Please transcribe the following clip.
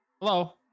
Hello